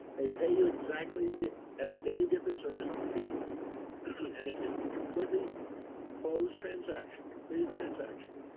they pay you exactly at the day you give the service the fee and it's a completely closed transaction, completed transaction.